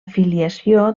filiació